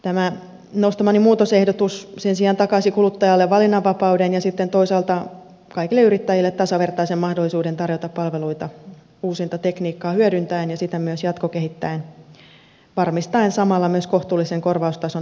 tämä nostamani muutosehdotus sen sijaan takaisi kuluttajalle valinnanvapauden ja sitten toisaalta kaikille yrittäjille tasavertaisen mahdollisuuden tarjota palveluita uusinta tekniikkaa hyödyntäen ja sitä myös jatkokehittäen varmistaen samalla myös kohtuullisen korvaustason oikeuden omistajille